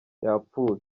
yapfuye